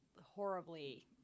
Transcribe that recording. horribly